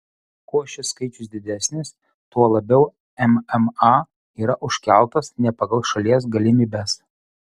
kuo šis skaičius didesnis tuo labiau mma yra užkeltas ne pagal šalies galimybes